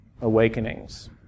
awakenings